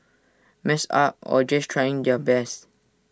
messed up or just trying their best